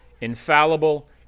infallible